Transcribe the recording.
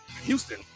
Houston